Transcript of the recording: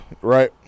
Right